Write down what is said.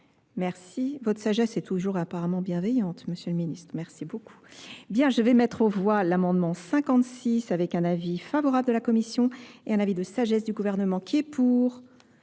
merci votre sagesse est toujours apparemment bienveillante monsieur le ministre merci beaucoup je vais mettre aux voix l'amendement cinquante six avec un avis favorable de la commission et un avis de sagesse du gouvernement d'un